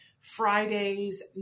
Friday's